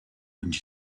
and